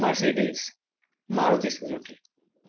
Mercedes Maruti Suzuki